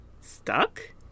stuck